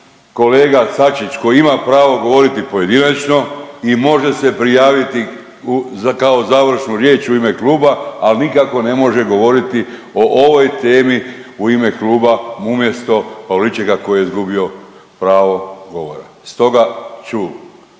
kolega Sačić koji ima pravo govoriti pojedinačno i može se prijaviti kao završnu riječ u ime kluba, al nikako ne može govoriti o ovoj temi u ime kluba umjesto Pavličeka koji je izgubio pravo govora. Stoga ću